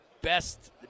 best